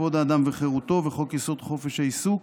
כבוד האדם וחירותו וחוק-יסוד: חופש העיסוק,